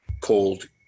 called